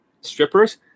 strippers